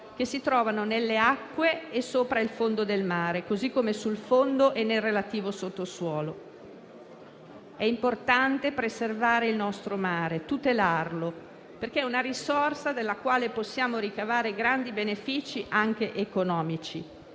che si trovano nelle acque e sopra il fondo del mare, così come sul fondo e nel relativo sottosuolo. È importante preservare e tutelare il nostro mare perché è una risorsa dalla quale possiamo ricavare grandi benefici anche economici,